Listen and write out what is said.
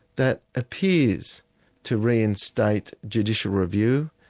that appears to reinstate judicial review,